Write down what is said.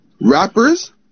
Rappers